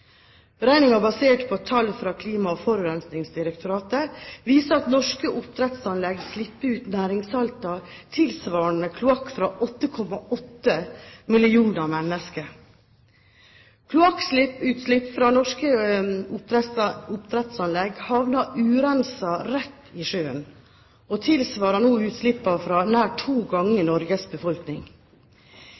Beregninger basert på tall fra Klima- og forurensningsdirektoratet viser at norske oppdrettsanlegg slipper ut næringssalter tilsvarende kloakk fra 8,8 millioner mennesker. Kloakkutslipp fra norske oppdrettsanlegg havner urenset rett i sjøen – og tilsvarer nå utslipp fra nær to ganger Norges befolkning.